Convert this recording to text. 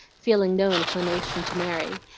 feeling no inclination to marry,